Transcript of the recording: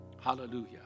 Hallelujah